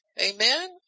Amen